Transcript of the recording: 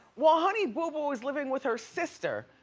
well honey boo boo is living with her sister.